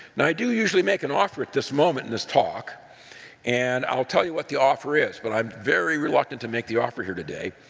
and i usually make an offer at this moment in this talk and i'll tell you what the offer is, but i'm very reluctant to make the offer here today.